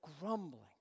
grumbling